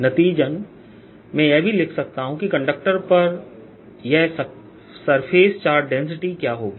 नतीजतन मैं यह भी लिख सकता हूं कि कंडक्टर पर यह सरफेस चार्ज डेंसिटीक्या होगी